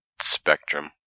spectrum